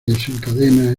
desencadena